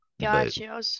gotcha